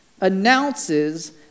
announces